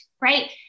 right